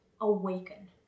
awaken